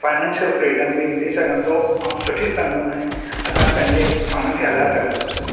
financial freedom बि मिली सघंदो ऐं सुठी समूने असां पंहिंजे पाण खे हलाए सघंदासीं